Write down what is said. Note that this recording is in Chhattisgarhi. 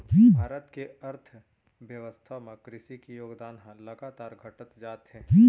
भारत के अर्थबेवस्था म कृसि के योगदान ह लगातार घटत जात हे